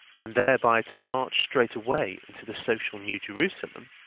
and thereby to march straightway into the social new jerusalem,